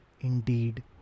indeed